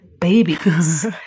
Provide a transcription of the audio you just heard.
babies